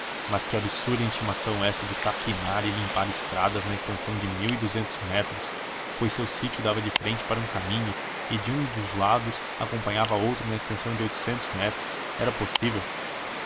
mas que absurda intimação esta de capinar e limpar estradas na extensão de mil e duzentos metros pois seu sítio dava de frente para um caminho e de um dos lados acompanhava outro na extensão de oitocentos metros era possível